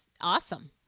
awesome